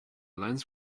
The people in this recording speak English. lens